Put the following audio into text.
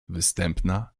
występna